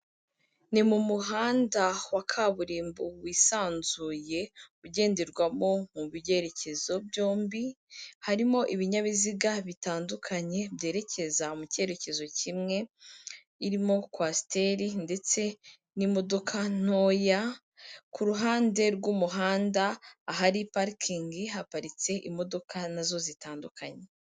Ni mu muhanda wa kaburimbo wisanzuye, ugenderwamo mu byerekezo byombi, harimo ibinyabiziga bitandukanye byerekeza mu cyerekezo kimwe, irimo kwasiteri ndetse n'imodoka ntoya, ku ruhande rw'umuhanda ahari parikingi, haparitse imodoka na zo zitandukanye.